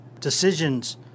decisions